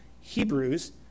Hebrews